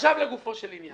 עכשיו לגופו של עניין: